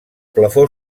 plafó